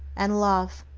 and love,